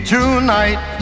Tonight